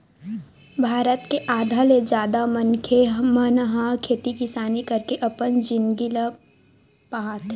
भारत के आधा ले जादा मनखे मन ह खेती किसानी करके अपन जिनगी ल पहाथे